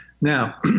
Now